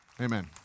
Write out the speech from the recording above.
Amen